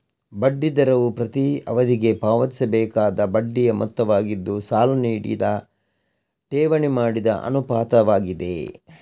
ಬಡ್ಡಿ ದರವು ಪ್ರತಿ ಅವಧಿಗೆ ಪಾವತಿಸಬೇಕಾದ ಬಡ್ಡಿಯ ಮೊತ್ತವಾಗಿದ್ದು, ಸಾಲ ನೀಡಿದ ಠೇವಣಿ ಮಾಡಿದ ಅನುಪಾತವಾಗಿದೆ